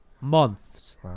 months